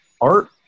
art